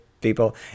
people